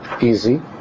easy